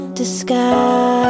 disguise